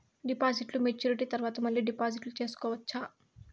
డిపాజిట్లు మెచ్యూరిటీ తర్వాత మళ్ళీ డిపాజిట్లు సేసుకోవచ్చా?